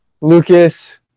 Lucas